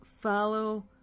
follow